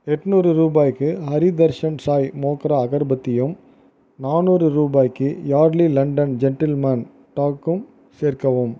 எண்நூறு ரூபாய்க்கு ஹரி தர்ஷன் சாய் மோக்ரா அகர்பத்தியும் நானூறு ரூபாய்க்கு யார்ட்லீ லண்டன் ஜென்டில்மேன் டாக்கும் சேர்க்கவும்